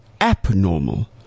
abnormal